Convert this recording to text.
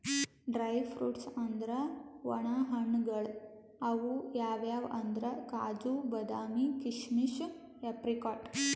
dry fruits ಅಂದ್ರ ವಣ ಹಣ್ಣ್ಗಳ್ ಅವ್ ಯಾವ್ಯಾವ್ ಅಂದ್ರ್ ಕಾಜು, ಬಾದಾಮಿ, ಕೀಶಮಿಶ್, ಏಪ್ರಿಕಾಟ್